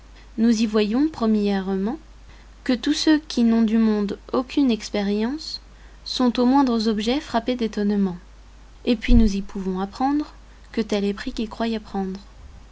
nous y voyons premièrement que ceux qui n'ont du monde aucune expérience sont aux moindres objets frappés d'étonnement et puis nous y pouvons apprendre que tel est pris qui croyait prendre